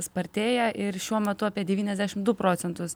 spartėja ir šiuo metu apie devyniasdešim du procentus